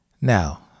Now